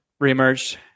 reemerged